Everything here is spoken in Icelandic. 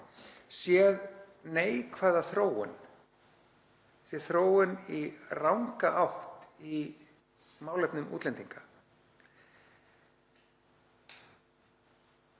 séð neikvæða þróun, séð þróun í ranga átt í málefnum útlendinga.